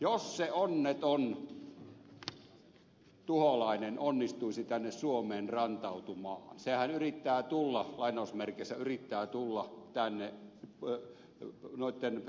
jos se onneton tuholainen onnistuisi tänne suomeen rantautumaan sehän lainausmerkeissä yrittää tulla tänne noitten